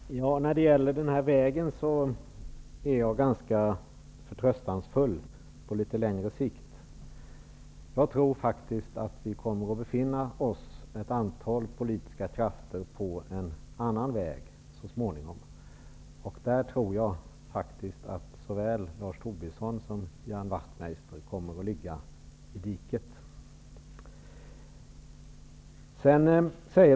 Herr talman! När det gäller den här vägen är jag ganska förtröstansfull, på litet längre sikt. Jag tror att vi är ett antal politiska krafter som så småningom kommer att befinna oss på en annan väg, där såväl Lars Tobisson som Ian Wachtmeister ligger i diket.